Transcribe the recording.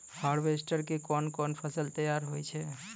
Harvester के कोन कोन फसल तैयार होय छै?